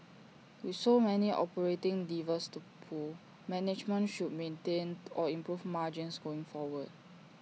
with so many operating levers to pull management should maintain or improve margins going forward